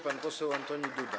Pan poseł Antoni Duda.